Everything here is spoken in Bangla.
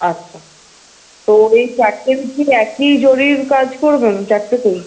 আচ্ছা তো এই চারটেতেই একই জরির কাজ করবেন চারটেতেই